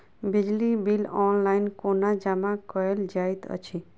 बिजली bill online कोना जमा कएल जाइत अछि?